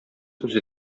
үзе